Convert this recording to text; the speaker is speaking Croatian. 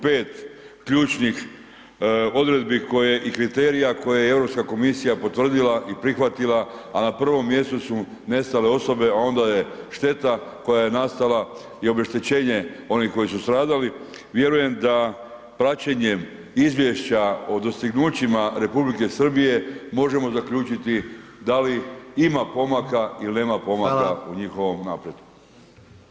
5 ključnih odredbi i kriterija koje je Europska komisija potvrdila i prihvatila a na prvom mjestu su nestale osobe a onda je šteta koja je nastala i obeštećenje onih koji su stradali, vjerujem da praćenjem izvješća o dostignućima Republike Srbije možemo zaključiti da li ima pomaka ili nema pomaka u njihovom napretku.